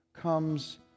comes